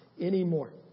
anymore